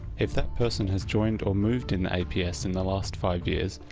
if that person has joined or moved in the aps in the last five years.